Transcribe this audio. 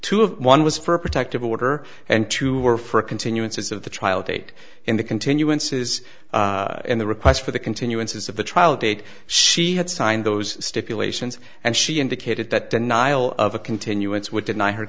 of one was for a protective order and two were for a continuance of the trial date in the continuances in the request for the continuance of the trial date she had signed those stipulations and she indicated that denial of a continuance would deny her